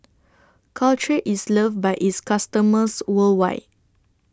Caltrate IS loved By its customers worldwide